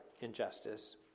injustice